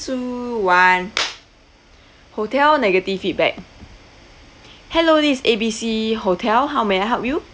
two one hotel negative feedback hello this is A B C hotel how may I help you